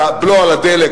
הבלו על הדלק,